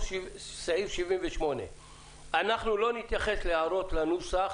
סעיף 78. אנחנו לא נתייחס להערות לנוסח